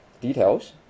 details